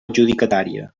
adjudicatària